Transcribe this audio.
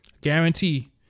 guarantee